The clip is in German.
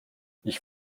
ich